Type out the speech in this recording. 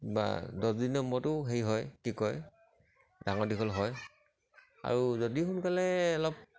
বা দহদিনৰ মূৰতো হেই হয় কি কয় ডাঙৰ দীঘল হয় আৰু যদি সোনকালে অলপ